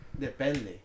depende